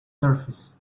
surface